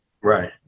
right